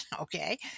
Okay